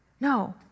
No